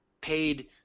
paid